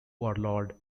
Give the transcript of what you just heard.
warlord